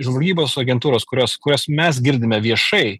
žvalgybos agentūros kurios kurias mes girdime viešai